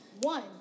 One